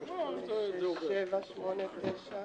11 בעד.